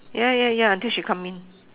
ya ya ya until she come in